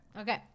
Okay